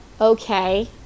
okay